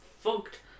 fucked